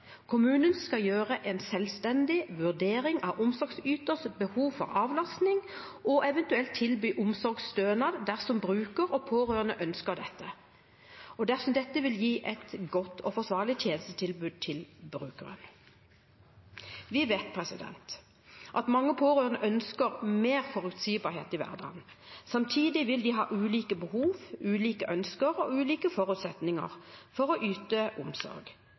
Kommunen skal gjøre en selvstendig vurdering av omsorgsyters behov for avlastning og eventuelt tilby omsorgsstønad dersom bruker og pårørende ønsker dette, og dersom dette vil gi et godt og forsvarlig tjenestetilbud til brukeren. Vi vet at mange pårørende ønsker mer forutsigbarhet i hverdagen, samtidig vil de ha ulike behov, ulike ønsker og ulike forutsetninger for å yte omsorg.